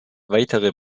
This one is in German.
weitere